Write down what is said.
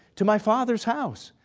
to my father's house,